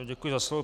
Děkuji za slovo.